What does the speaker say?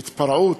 להתפרעות?